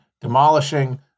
demolishing